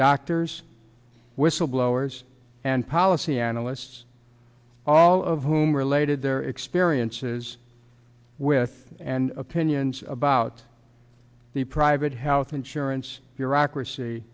doctors whistleblowers and policy analysts all of whom related their it says with and opinions about the private health insurance bureaucracy